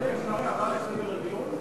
אדוני, אפשר הערה לסדר הדיון?